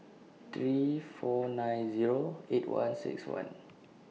three four nine Zero eight one six one